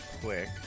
quick